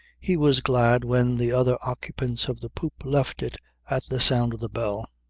he was glad when the other occupants of the poop left it at the sound of the bell.